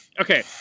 okay